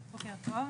בוקר טוב,